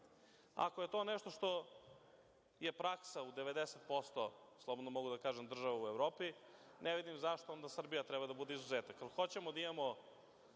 ako je to nešto što je praksa u 90%, slobodno mogu da kažem, država u Evropi, ne vidim zašto onda Srbija treba da bude izuzetak. Ako hoćemo da imamo